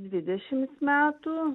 dvidešims metų